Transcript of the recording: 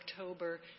October